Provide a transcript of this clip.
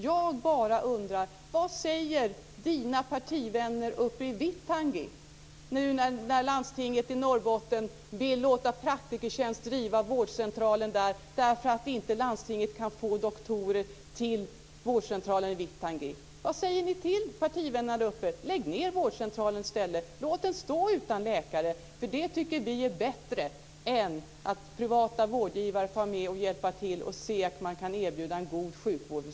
Jag bara undrar: Vad säger Rolf Olssons partivänner uppe i Vittangi om detta, nu när landstinget i Norrbotten vill låta Praktikertjänst driva vårdcentralen i Vittangi därför att landstinget inte kan få dit doktorer? Vad säger ni till partivännerna där uppe? Lägg ned vårdcentralen i stället! Låt den stå utan läkare! Det tycker vi är bättre än att privata vårdgivare får vara med och hjälpa till och se till att man kan erbjuda medborgarna en god sjukvård.